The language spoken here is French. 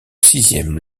sixième